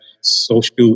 social